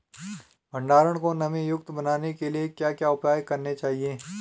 भंडारण को नमी युक्त बनाने के लिए क्या क्या उपाय करने चाहिए?